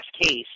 case